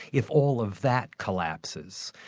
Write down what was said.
if all of that collapses,